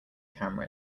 camera